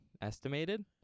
estimated